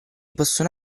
possono